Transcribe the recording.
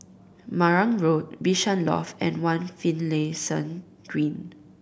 Marang Road Bishan Loft and One Finlayson Green